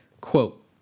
quote